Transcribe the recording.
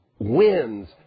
wins